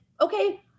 okay